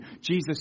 Jesus